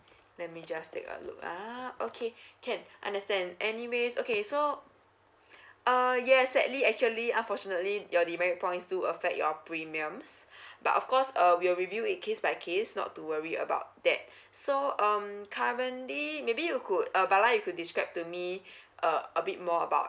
let me just take a look ah okay can understand anyways okay so uh yes sadly actually unfortunately your demerit points do affect your premiums but of course uh we will review it case by case not to worry about that so um currently maybe you could uh bala you could describe to me uh a bit more about